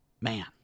man